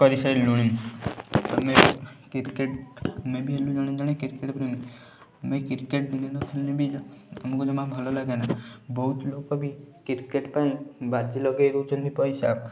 କରିସାରିଲୁଣି ଆମେ କ୍ରିକେଟ ଆମେ ବି ହେଲୁ ଜଣେ ଜଣେ କ୍ରିକେଟ ପ୍ରେମୀ ଆମେ କ୍ରିକେଟ ଦିନେ ନ ଖେଳିଲେ ବି ଆମକୁ ଜମା ଭଲ ଲାଗେନା ବହୁତ ଲୋକ ବି କ୍ରିକେଟ ପାଇଁ ବାଜି ଲଗେଇ ଦଉଛନ୍ତି ପଇସା